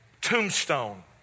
tombstone